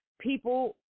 people